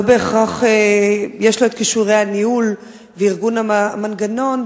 לא בהכרח יש לו כישורים לניהול וארגון המנגנון,